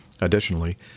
Additionally